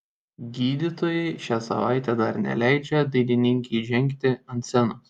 gydytojai šią savaitę dar neleidžia dainininkei žengti ant scenos